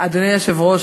אדוני היושב-ראש,